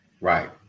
right